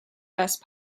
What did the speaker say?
best